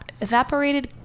evaporated